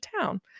town